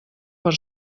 per